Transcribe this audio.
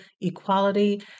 equality